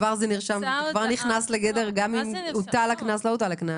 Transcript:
זה כבר נכנס אם הוטל הקנס או לא הוטל הקנס.